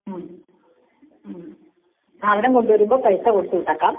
മ്മ് മ്മ് സാധനം കൊണ്ടുവരുമ്പോൾ പൈസ കൊടുത്ത് വിട്ടേക്കാം